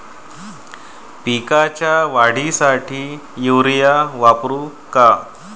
पिकाच्या वाढीसाठी युरिया वापरू का?